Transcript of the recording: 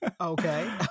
Okay